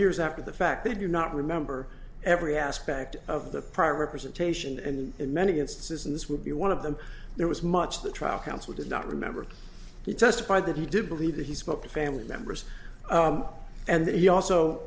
years after the fact they do not remember every aspect of the private presentation and in many instances and this will be one of them there was much the trial counsel did not remember he testified that he did believe that he spoke to family members and that he also